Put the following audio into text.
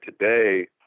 today